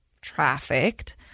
trafficked